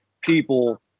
people